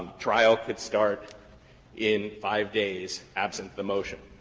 trial could start in five days absent the motion.